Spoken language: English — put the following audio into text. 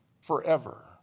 forever